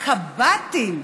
הקב"טים,